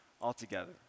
altogether